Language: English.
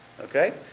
Okay